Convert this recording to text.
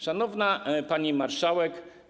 Szanowna Pani Marszałek!